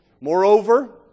Moreover